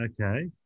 Okay